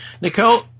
Nicole